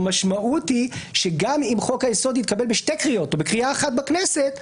המשמעות היא שגם אם חוק היסוד יתקבל בשתי קריאות או בקריאה אחת בכנסת,